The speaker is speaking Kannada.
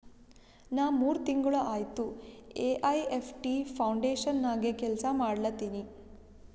ನಾ ಮೂರ್ ತಿಂಗುಳ ಆಯ್ತ ಎ.ಐ.ಎಫ್.ಟಿ ಫೌಂಡೇಶನ್ ನಾಗೆ ಕೆಲ್ಸಾ ಮಾಡ್ಲತಿನಿ